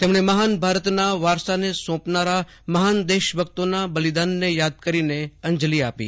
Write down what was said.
તેમણે મહાન ભારતના વારસાને સોંપનારા મહાન દેશભક્તોના બલિદાનને યાદ કરીને અંજલિ આપી